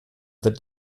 wird